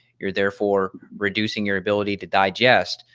you're therefore reducing your ability to digest.